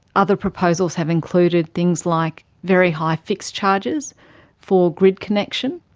other proposals have included things like very high fixed charges for grid connection,